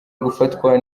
gufatwa